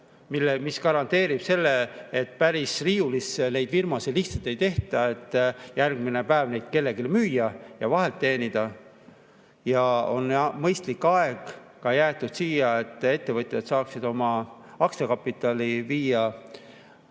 mis garanteerib selle, et päris riiulisse neid firmasid lihtsalt ei tehta, et järgmine päev neid kellelegi müüa ja vahelt teenida. Ja on jäetud ka mõistlik aeg, et ettevõtjad saaksid oma aktsiakapitali viia